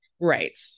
right